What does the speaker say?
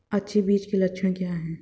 अच्छे बीज के लक्षण क्या हैं?